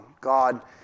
God